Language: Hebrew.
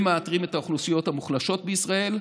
והם מאתרים את האוכלוסיות המוחלשות בישראל.